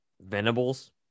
Venables